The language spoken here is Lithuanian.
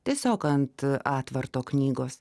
tiesiog ant atvarto knygos